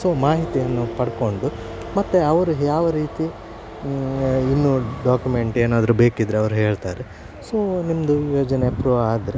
so ಮಾಹಿತಿಯನ್ನು ಪಡಕೊಂಡು ಮತ್ತೆ ಅವರು ಯಾವ ರೀತಿ ಇನ್ನು ಡಾಕ್ಯುಮೆಂಟ್ ಏನಾದರು ಬೇಕಿದ್ದರೆ ಅವರು ಹೇಳ್ತಾರೆ ಸೋ ನಿಮ್ಮದು ಯೋಜನೆ ಅಪ್ರೂವ್ ಆದರೆ